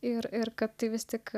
ir ir kad tai vis tik